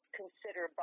consider